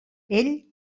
ell